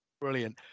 Brilliant